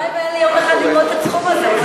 הלוואי שהיה לי יום אחד ללמוד את התחום הזה.